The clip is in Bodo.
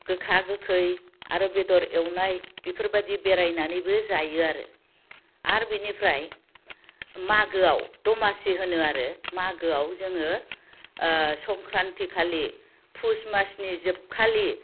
गोखा गोखै आरो बेदर एवनाय इफोरबायदि बेरायनानैबो जायो आरो आरो बिनिफ्राय मागोआव दमासि होनो आरो मागोआव जोङो संख्रान्थि खालि फुस मासनि जोबखालि